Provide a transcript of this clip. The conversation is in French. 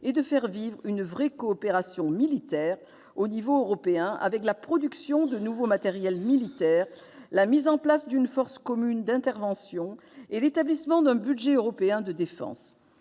et de faire vivre une vraie coopération militaire au niveau européen, avec la production de nouveaux matériels militaires, la mise en place d'une force commune d'intervention et l'établissement d'un budget européen de défense.